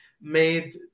made